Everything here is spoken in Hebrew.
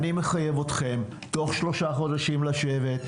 אני מחייב אתכם תוך שלושה חודשים לשבת,